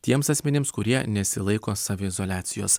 tiems asmenims kurie nesilaiko saviizoliacijos